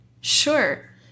Sure